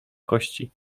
kości